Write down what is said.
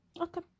okay